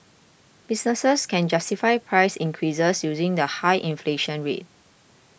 businesses can justify price increases using the high inflation rate